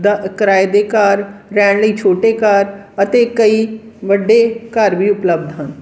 ਦ ਕਿਰਾਏ ਦੇ ਘਰ ਰਹਿਣ ਲਈ ਛੋਟੇ ਘਰ ਅਤੇ ਕਈ ਵੱਡੇ ਘਰ ਵੀ ਉਪਲਬਧ ਹਨ